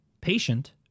patient